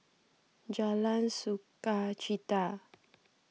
Jalan Sukachita